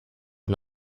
and